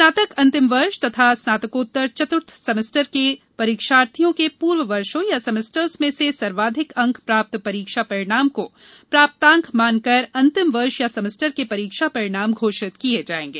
स्नातक अंतिम वर्ष तथा स्नातकोत्तर चतुर्थ सेमेस्टर के परीक्षार्थियों के पूर्व वर्षो या सेमेस्टर्स में से सर्वाधिक अंक प्राप्त परीक्षा परिणाम को प्राप्तांक मानकर अंतिम वर्ष या सेमेस्टर के परीक्षा परिणाम घोषित किए जाएंगे